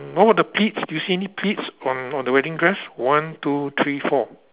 what about the pleats do you see any pleats on on the wedding dress one two three four